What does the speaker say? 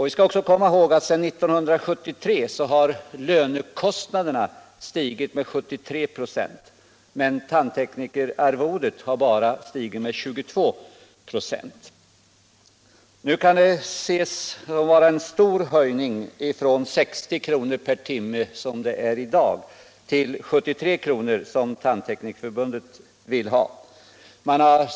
Vi skall också komma ihåg att sedan 1973 har lönekostnaderna stigit med 73 26, medan tandteknikerarvodet har ökat med bara 22 6. Det kan väl ses som en stor höjning att gå upp från 60 kr. per timme, som det är i dag, till 73 kr., som Tandteknikerförbundet vill ha.